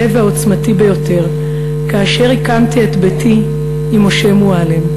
והעוצמתי ביותר כאשר הקמתי את ביתי עם משה מועלם,